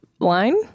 Line